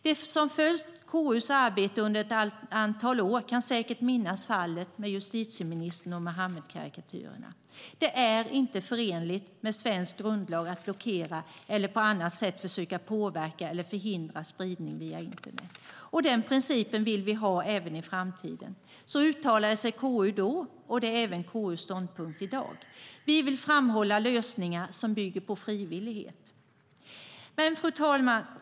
De som följt KU:s arbete under ett antal år kan säkert minnas fallet med justitieministern och Muhammedkarikatyrerna. Det är inte förenligt med svensk grundlag att blockera eller på annat sätt försöka påverka eller förhindra spridning via internet. Och den principen vill vi ha även i framtiden. Så uttalade sig KU då, och det är även KU:s ståndpunkt i dag. Vi vill framhålla lösningar som bygger på frivillighet. Fru talman!